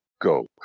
go